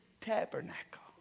tabernacle